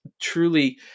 truly